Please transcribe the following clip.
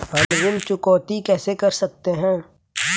हम ऋण चुकौती कैसे कर सकते हैं?